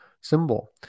symbol